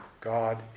God